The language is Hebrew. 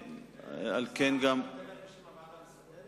ועל כן, אתה מדבר בשם הוועדה המסדרת?